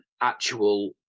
actual